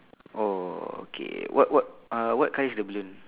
oh okay what what uh what colour is the balloon